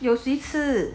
有谁吃